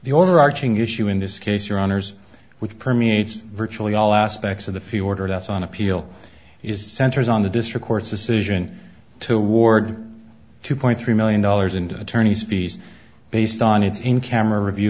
the overarching issue in this case your honour's with permeates virtually all aspects of the few order that's on appeal is centers on the district court's decision to award two point three million dollars into attorney's fees based on its in camera view